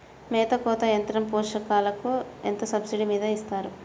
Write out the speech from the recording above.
మేత కోత యంత్రం పశుపోషకాలకు ఎంత సబ్సిడీ మీద ఇస్తారు?